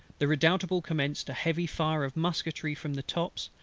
the redoutable commenced a heavy fire of musketry from the tops,